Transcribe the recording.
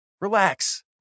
Relax